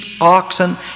oxen